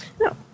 No